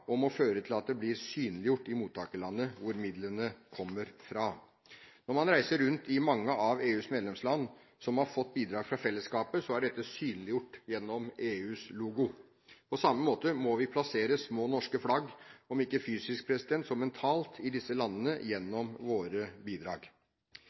føre til at det blir synliggjort i mottakerlandet, hvor midlene kommer fra. Når man reiser rundt i mange av EUs medlemsland som har fått bidrag fra fellesskapet, er dette synliggjort gjennom EUs logo. På samme måte må vi plassere små, norske flagg, om ikke fysisk, så mentalt, i disse landene